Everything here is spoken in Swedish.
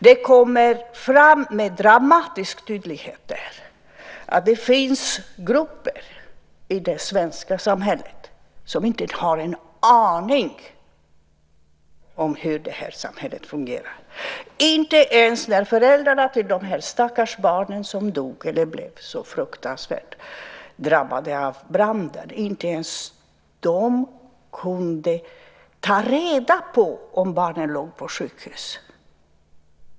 Den visar med dramatisk tydlighet att det finns grupper i det svenska samhället som inte har en aning om hur det här samhället fungerar. Föräldrarna till de stackars barnen som dog eller blev så fruktansvärt drabbade av branden kunde inte ens ta reda på om barnen låg på sjukhus.